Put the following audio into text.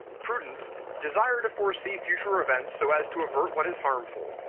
prudence, desire to foresee future events so as to avert what is harmful,